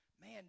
man